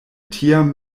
tiam